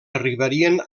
arribarien